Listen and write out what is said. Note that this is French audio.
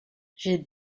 j’ai